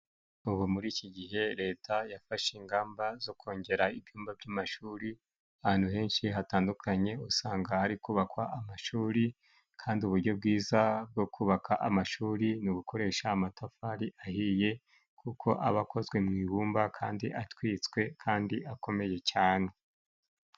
Ubu muri iki gihe leta yafashe ingamba zo kongera ibyumba by'amashuri, ahantu henshi hatandukanye usanga hari kubakwa amashuri kandi ubujyo bwiza bwo kubaka amashuri ni ugukoresha amatafari ahiye, kuko aba akozwe mu ibumba kandi atwitswe kandi akomeye cyane.